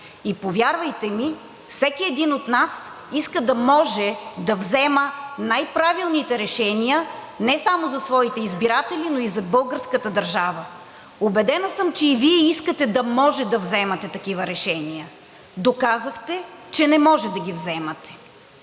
И повярвайте ми, всеки един от нас иска да може да взима най правилните решения не само за своите избиратели, но и за българската държава. Убедена съм, че и Вие искате да може да взимате такива решения – доказахте, че не можете да ги взимате.